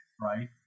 right